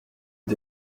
est